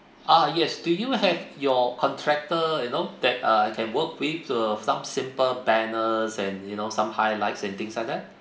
ah yes do you have your contractor you know that uh I can work with to uh some simple banners and you know some highlights and things like that